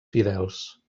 fidels